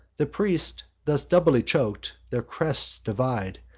the priest thus doubly chok'd, their crests divide,